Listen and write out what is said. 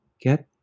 get